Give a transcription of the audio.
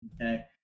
Okay